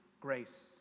grace